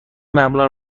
مبلغ